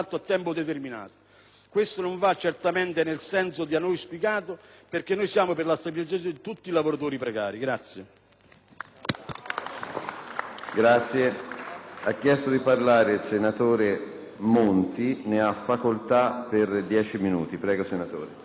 Questo non va certamente nel senso da noi auspicato, perché noi siamo per la stabilizzazione di tutti i lavoratori precari.